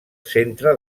centre